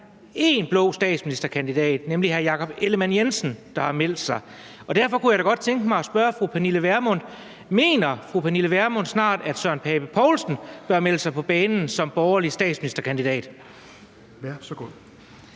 én blå statsministerkandidat, nemlig hr. Jakob Ellemann-Jensen, der har meldt sig. Derfor kunne jeg da godt tænke mig at spørge fru Pernille Vermund: Mener fru Pernille Vermund, at hr. Søren Pape Poulsen snart bør melde sig på banen som borgerlig statsministerkandidat?